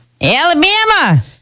Alabama